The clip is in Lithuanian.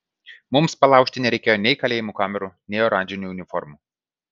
mums palaužti nereikėjo nei kalėjimo kamerų nei oranžinių uniformų